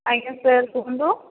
ଆଜ୍ଞା ସାର୍ କୁହନ୍ତୁ